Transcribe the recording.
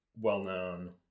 well-known